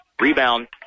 Rebound